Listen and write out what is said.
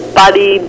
body